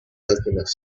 alchemist